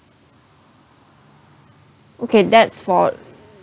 okay that's for